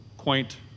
quaint